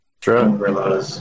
True